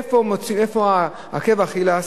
איפה עקב אכילס?